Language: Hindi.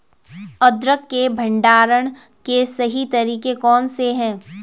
अदरक के भंडारण के सही तरीके कौन से हैं?